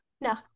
No